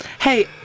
Hey